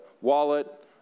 wallet